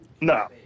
No